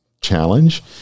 challenge